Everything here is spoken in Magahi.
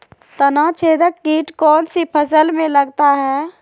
तनाछेदक किट कौन सी फसल में लगता है?